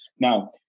Now